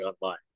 online